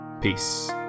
Peace